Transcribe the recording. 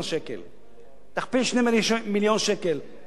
תכפיל 2 מיליון שקל ב-140,000 דירות,